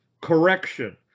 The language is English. correction